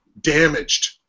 damaged